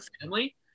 family